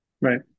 right